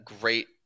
great